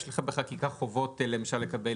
אם אתה נועץ באיזשהו גוף, או צריך לקבל